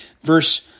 verse